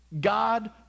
God